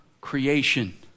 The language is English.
creation